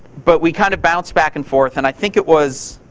but we kind of bounced back and forth. and i think it was